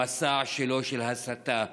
מסע ההסתה שלו,